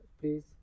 Please